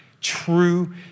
True